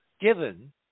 given